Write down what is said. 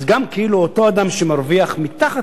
אז גם כאילו אותו אדם שמרוויח מתחת